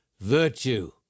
virtue